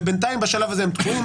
ובינתיים, בשלב הזה, הם תקועים.